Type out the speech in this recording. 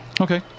Okay